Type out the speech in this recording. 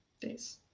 days